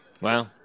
Wow